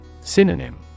Synonym